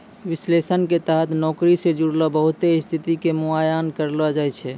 विश्लेषण के तहत नौकरी से जुड़लो बहुते स्थिति के मुआयना करलो जाय छै